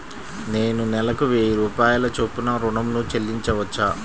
నేను నెలకు వెయ్యి రూపాయల చొప్పున ఋణం ను చెల్లించవచ్చా?